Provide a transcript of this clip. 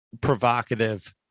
provocative